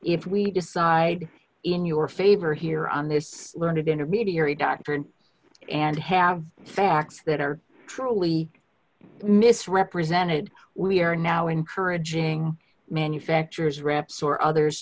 if we decide in your favor here on this learned intermediary doctrine and have facts that are truly misrepresented we are now encouraging manufacturers reps or others